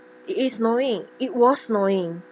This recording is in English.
it is snowing it was snowing